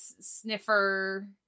sniffer